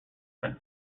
spent